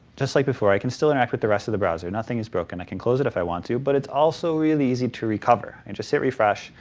just like before, i can still interact with the rest of the browser, nothing's broken, i can close it if i want to. but it's also really easy to recover, i and just hit refresh,